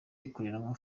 ikoreramo